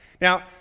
Now